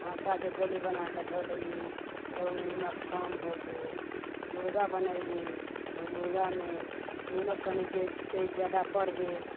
आँटाके गोली बनाकऽ धऽ देली तऽ ओ निमक कम हो गेल मुर्गा बनैली तऽ मुर्गामे निमक कनि जे तेज ज्यादा पड़ि गेल